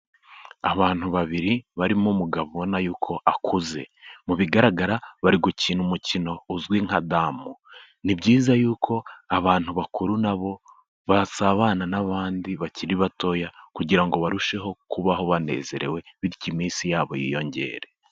Abantu babiri barimo umugabo ubona yuko akuze. Mu bigaragara bari gukina umukino uzwi nka damu, ni byiza yuko abantu bakuru na bo basabana n'abandi bakiri batoya kugira ngo barusheho kubaho banezerewe bityo iminsi yabo yiyongere.